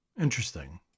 interesting